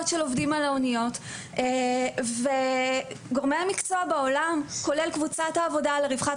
של עובדים על האוניות וגורמי המקצוע בעולם כולל קבוצת העבודה לרווחת